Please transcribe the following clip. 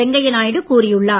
வெங்கைய நாயுடு கூறியுள்ளார்